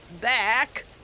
back